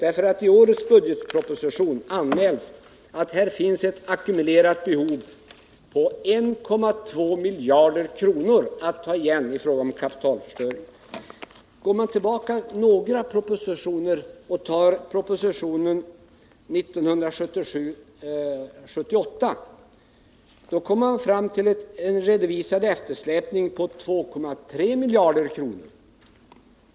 I årets budgetproposition anmäls att det finns ett ackumulerat behov på 1,2 miljarder kronor för att häva kapitalförstöringen på våra vägar. Går man tillbaka några år och ser på propositionen 1977/78 kommer man fram till en redovisad eftersläpning på 2,3 miljarder kronor.